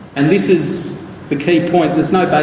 and this is the key point, there's no